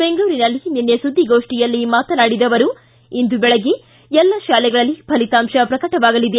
ಬೆಂಗಳೂರಿನಲ್ಲಿ ನಿನ್ನೆ ಸುದ್ದಿಗೋಷ್ಠಿಯಲ್ಲಿ ಮಾತನಾಡಿದ ಅವರು ಇಂದು ಬೆಳಗ್ಗೆ ಎಲ್ಲ ಶಾಲೆಗಳಲ್ಲಿ ಫಲಿತಾಂಶ ಪ್ರಕಟವಾಗಲಿದೆ